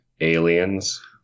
aliens